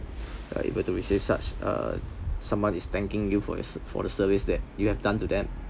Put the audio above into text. uh able to receive such uh someone is thanking you for your for the service that you have done to them